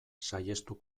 saihestu